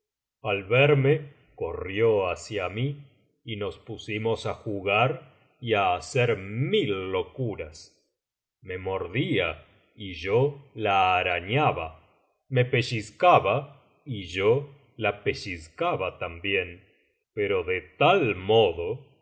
al verme corrió hacia mí y nos pusimos á jugar y á hacer mil locuras me mordía y yo la arañaba me pellizcaba y yo la pellizcaba también pero de tal modo que á